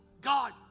God